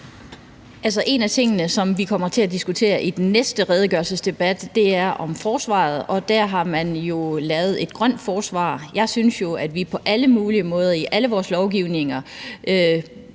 En af de ting, som vi kommer til at diskutere i den næste redegørelsesdebat, er forsvaret, og der har man jo lavet et grønt forsvar. Jeg synes jo, at vi på alle mulige måder i al vores lovgivning,